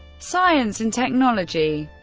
science and technology